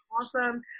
awesome